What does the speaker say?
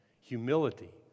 Humility